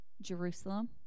Jerusalem